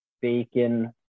bacon